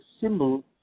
symbol